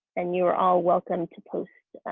and you are all welcome to post